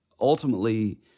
ultimately